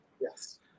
Yes